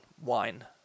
wine